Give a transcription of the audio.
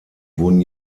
wurden